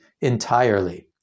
entirely